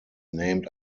named